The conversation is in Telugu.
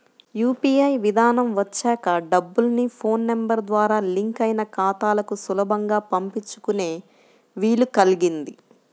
యూ.పీ.ఐ విధానం వచ్చాక డబ్బుల్ని ఫోన్ నెంబర్ ద్వారా లింక్ అయిన ఖాతాలకు సులభంగా పంపించుకునే వీలు కల్గింది